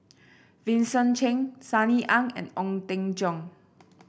Vincent Cheng Sunny Ang and Ong Teng Cheong